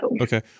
okay